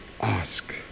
ask